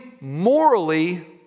morally